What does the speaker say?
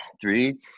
Three